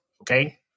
okay